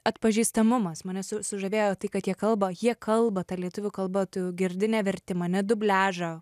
atpažįstamumas mane su sužavėjo tai kad jie kalba jie kalba ta lietuvių kalba tu jau girdi ne vertimą dubliažą